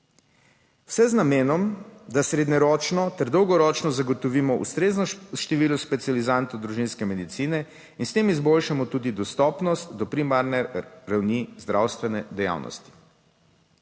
Vse z namenom, da srednjeročno ter dolgoročno zagotovimo ustrezno število specializantov družinske medicine in s tem izboljšamo tudi dostopnost do primarne ravni zdravstvene dejavnosti.